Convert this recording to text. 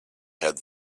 had